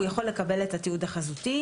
הוא יכול לקבל את התיעוד החזותי.